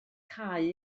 cau